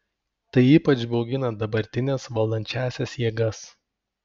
tai ypač baugina dabartines valdančiąsias jėgas